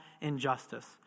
injustice